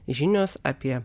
žinios apie